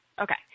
Okay